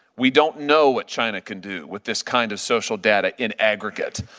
we don't know what china can do with this kind of social data in aggregate.